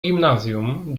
gimnazjum